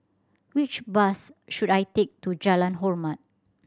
which bus should I take to Jalan Hormat